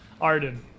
Arden